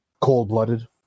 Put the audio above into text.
Cold-blooded